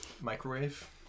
Microwave